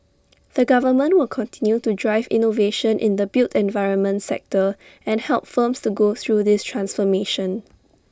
the government will continue to drive innovation in the built environment sector and help firms to go through this transformation